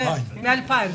מ-2000.